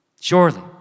Surely